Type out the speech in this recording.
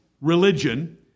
religion